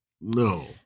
No